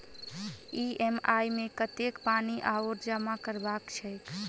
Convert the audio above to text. EMI मे कतेक पानि आओर जमा करबाक छैक?